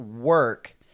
work